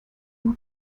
nur